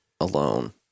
alone